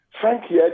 Frankie